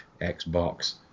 xbox